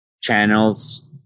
channels